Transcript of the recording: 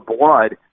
blood